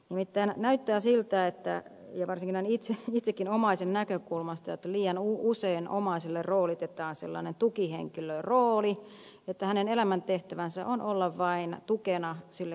nimittäin näyttää siltä ja varsinkin näen itsekin omaisen näkökulmasta että liian usein omaisille roolitetaan sellainen tukihenkilörooli että hänen elämäntehtävänsä on olla vain tukena sille kuntoutujalle